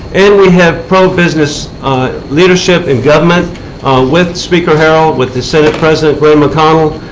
and we have pro-business leadership in government with speaker harrell, with the senate president glen mcconnell,